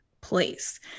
place